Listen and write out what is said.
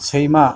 सैमा